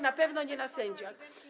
Na pewno nie na sędziach.